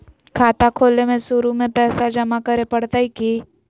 खाता खोले में शुरू में पैसो जमा करे पड़तई की?